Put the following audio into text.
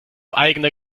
eigene